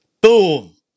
Boom